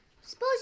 Suppose